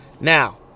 Now